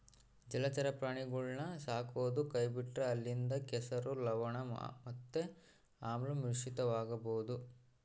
ಜಲಚರ ಪ್ರಾಣಿಗುಳ್ನ ಸಾಕದೊ ಕೈಬಿಟ್ರ ಅಲ್ಲಿಂದ ಕೆಸರು, ಲವಣ ಮತ್ತೆ ಆಮ್ಲ ಮಿಶ್ರಿತವಾಗಬೊದು